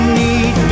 need